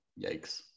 Yikes